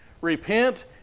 Repent